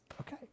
okay